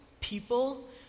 people